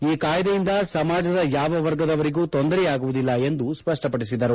ಈ ಕಾಯ್ದೆಯಿಂದ ಸಮಾಜದ ಯಾವ ವರ್ಗದವರಿಗೂ ತೊಂದರೆಯಾಗುವುದಿಲ್ಲ ಎಂದು ಸ್ಪಷ್ಟಪಡಿಸಿದರು